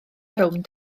rownd